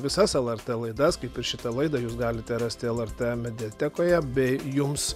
visas lrt laidas kaip ir šitą laidą jūs galite rasti lrt mediatekoje bei jums